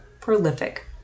prolific